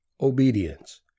obedience